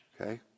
okay